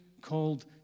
called